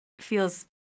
feels